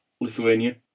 Lithuania